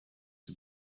had